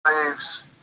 slaves